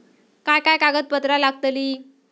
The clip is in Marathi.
काय काय कागदपत्रा लागतील?